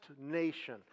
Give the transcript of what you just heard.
nation